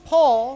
Paul